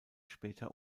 später